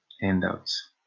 handouts